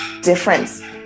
difference